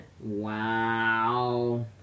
Wow